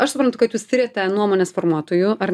aš suprantu kad jūs tiriate nuomonės formuotojų ar